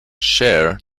share